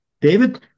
David